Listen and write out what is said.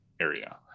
area